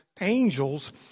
angels